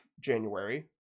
January